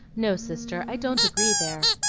no, sister, i don't agree there.